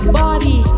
body